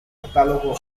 catálogo